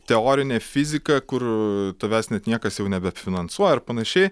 teorine fizika kur tavęs net niekas jau nebefinansuoja ar panašiai